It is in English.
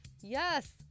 yes